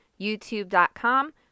youtube.com